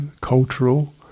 cultural